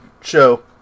show